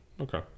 Okay